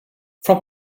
from